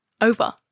over